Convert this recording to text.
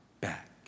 back